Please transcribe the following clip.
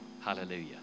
hallelujah